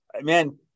Man